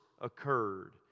occurred